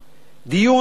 דיון חשוב,